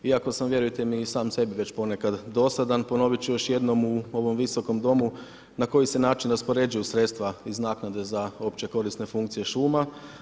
Iako sam vjerujte mi i sam sebi već ponekad dosadan, ponoviti ću još jednom u ovom Visokom domu na koji se način raspoređuju sredstva iz naknade za opće korisne funkcije šuma.